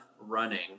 running